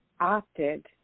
opted